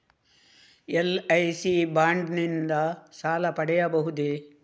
LIC bond ನಿಂದ ಸಾಲ ಪಡೆಯಬಹುದೇ?